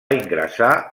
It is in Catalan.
ingressar